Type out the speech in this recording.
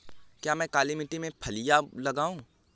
क्या मैं काली मिट्टी में फलियां लगाऊँ?